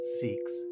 seeks